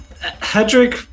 Hedrick